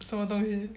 什么东西